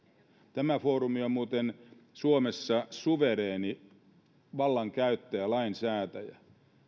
tämä foorumi on muuten suomessa suvereeni vallankäyttäjä lainsäätäjä